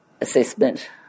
assessment